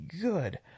good